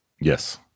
Yes